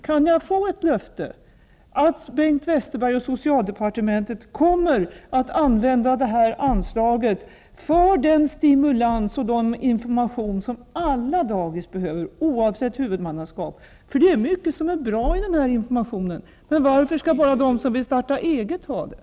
Kan jag få ett löfte om att Bengt Westerberg och socialdepartementet kommer att använda det här anslaget för den stimulans och den information som alla dagis behöver oavsett huvudmannaskap? Det är mycket som är bra i denna information, men varför skall bara de som vill starta eget ha den?